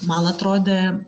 man atrodė